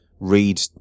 Read